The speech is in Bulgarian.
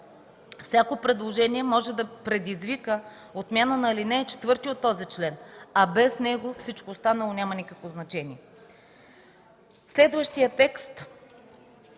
Всяко предложение може да предизвика отмяна на ал. 4 от този член, а без него всичко останало няма никакво значение. Следващият текст